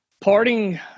Parting